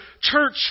church